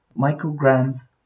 micrograms